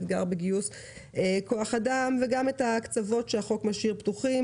אתגר בגיוס כוח אדם וגם את ההקצבות שהחוק משאיר פתוחות,